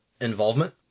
involvement